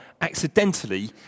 accidentally